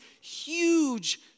huge